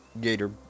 gator